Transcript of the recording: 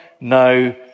no